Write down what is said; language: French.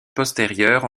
postérieures